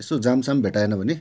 यसो जाम साम भेटाएन भने